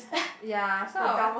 ya so I